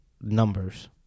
numbers